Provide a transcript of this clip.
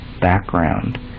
background